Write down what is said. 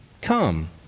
come